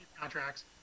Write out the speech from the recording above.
contracts